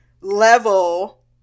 level